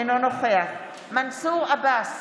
אינו נוכח מנסור עבאס,